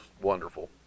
wonderful